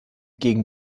gegen